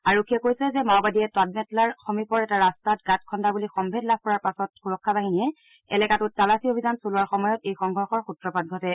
আৰক্ষীয়ে কৈছে যে মাওবাদীয়ে তাদমেটলাৰ সমীপৰ এটা ৰাস্তাত গাঁত খন্দা বুলি সম্ভেদ লাভ কৰাৰ পাছত সুৰক্ষা বাহিনীয়ে এলেকাটোত তালাচী অভিযান চলোৱাৰ সময়ত এই সংঘৰ্ষৰ সূত্ৰপাত ঘটে